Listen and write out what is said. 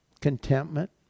contentment